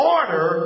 Order